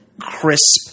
crisp